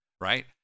right